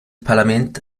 parlament